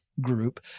Group